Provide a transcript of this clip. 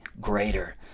greater